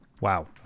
Wow